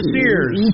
Sears